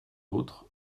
autres